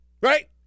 Right